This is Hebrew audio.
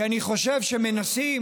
כי אני חושב, כשמנסים